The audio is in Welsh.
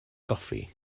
goffi